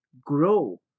grow